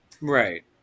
Right